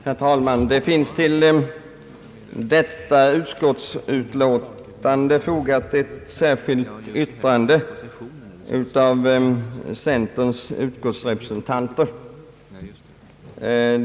Herr talman! Det finns till detta utskottsutlåtande fogat ett särskilt yttrande av centerns utskottsrepresentanter.